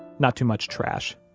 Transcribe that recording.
not too much trash.